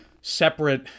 separate